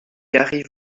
arrive